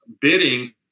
bidding